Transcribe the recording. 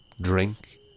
drink